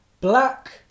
Black